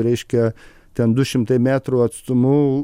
reiškia ten du šimtai metrų atstumu